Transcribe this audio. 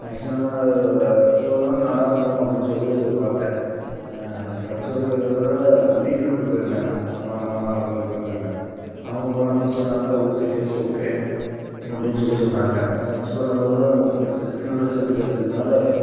maximum so அதெல்லாம் நல்லாருக்கும் அப்படின்னு சொல்லி பார்த்தேன் ஃபிரெண்ட்ஸோட கேட்குறதோட வீட்டிலேர்ந்து போயிருந்தாங்க அப்பா அம்மா அவங்கெல்லாம் போயிருந்தாங்க அவங்க போனப்போ சொன்னாங்கள் ஓகே டேஸ்ட் ஓகே அப்படின்னு சொல்லி சொன்னாங்கள் சர்ச் பண்ணும்போதும் கிடைச்சிச்சு நல்ல ரிசல்ட் கிடச்சதுனால